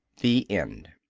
the end